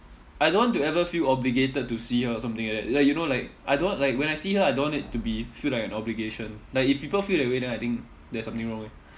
I don't want to ever feel obligated to see her or something like that like you know like I don't want like when I see her I don't want it to be feel like an obligation like if people feel that way then I think there's something wrong eh